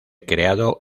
creado